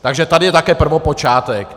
Takže tady je také prvopočátek.